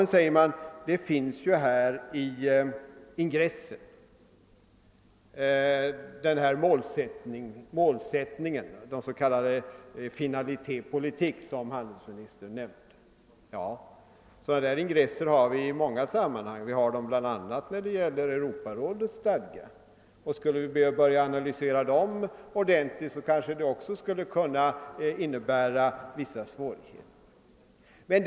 Nu säger man att målsättningen återfinns i ingressen, de »finalités politiques» som handelsministern nämnde. Ja, sådana ingresser har vi i många sammanhang, bl.a. när det gäller Europarådets stadga. Om vi skulle börja analysera dem ordentligt, skulle det komma att innebära vissa svårigheter.